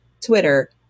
Twitter